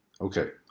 Okay